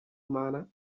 umana